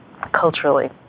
culturally